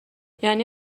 یعنی